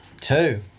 Two